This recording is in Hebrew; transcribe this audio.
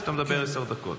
ואתה מדבר עשר דקות,